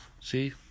See